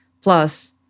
Plus